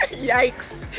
yikes.